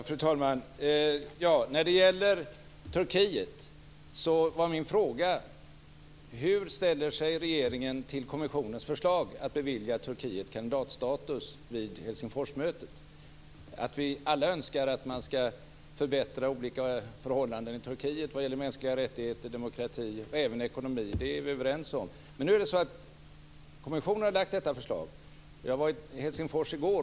Fru talman! När det gäller Turkiet var min fråga: Hur ställer sig regeringen till kommissionens förslag att bevilja Turkiet kanditatstatus vid Helsingforsmötet? Att vi alla önskar att man ska förbättra olika förhållanden i Turkiet vad gäller mänskliga rättigheter, demokrati och även ekonomi är vi överens om. Nu har kommissionen lagt fram detta förslag. Jag var i Helsingfors i går.